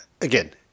again